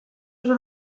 duzu